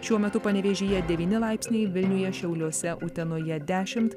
šiuo metu panevėžyje devyni laipsniai vilniuje šiauliuose utenoje dešimt